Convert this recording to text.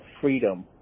freedom